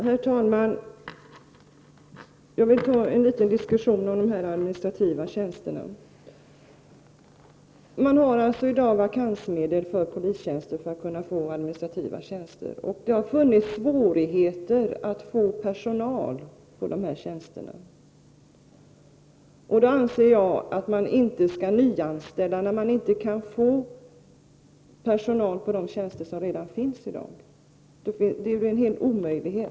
Herr talman! Jag vill ta upp en liten diskussion om de administrativa tjänsterna. Man har alltså i dag vakansmedel för polistjänster för att kunna få administrativa tjänster. Det har varit svårt att få personal till de här tjänsterna. Då det inte går att få personal till de tjänster som redan finns, anser jag att man inte skall nyanställa människor. Det blir omöjligt.